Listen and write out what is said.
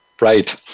Right